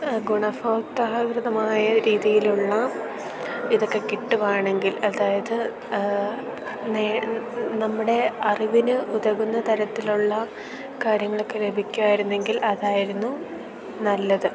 ഗുണഭോതാകൃതമായ രീതിയിലുള്ള ഇതൊക്കെ കിട്ടുകയാണെങ്കിൽ അതായത് നമ്മുടെ അറിവിന് ഉതകുന്ന തരത്തിലുള്ള കാര്യങ്ങളൊക്കെ ലഭിക്കുമായിരുന്നെങ്കിൽ അതായിരുന്നു നല്ലത്